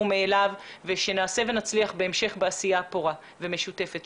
מאליו ושנעשה ונצליח בהמשך בעשייה הפורה והמשותפת.